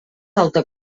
alta